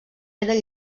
eren